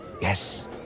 yes